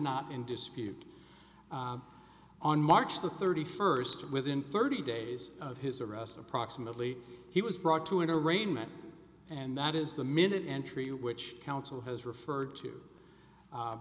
not in dispute on march thirty first within thirty days of his arrest approximately he was brought to an arraignment and that is the minute entry which counsel has referred to